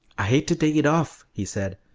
i hate to take it off, he said,